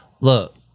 Look